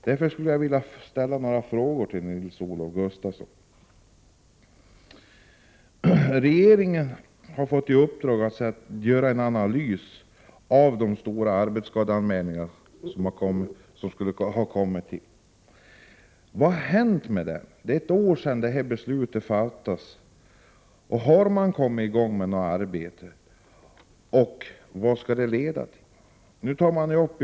Därför skulle jag vilja ställa några frågor till Nils-Olof Gustafsson: Regeringen har ju fått i uppdrag att göra en analys av det stora antalet arbetsskadeanmälningar. Men vad har hänt med den analysen? Det är nu ett år sedan beslut härom fattades. Har man kommit i gång med detta arbete och vad skall det i så fall leda till?